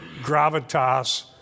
gravitas